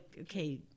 okay